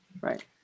Right